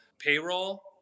payroll